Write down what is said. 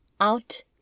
out